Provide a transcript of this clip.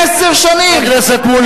שנתיים, אחד, מה עשיתם?